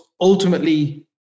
ultimately